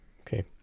okay